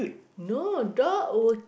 no dog would